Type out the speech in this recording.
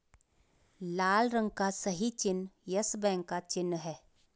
लाल रंग का सही चिन्ह यस बैंक का चिन्ह है